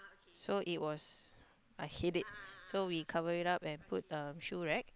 so it was a headache so we covered it up and put um shoe rack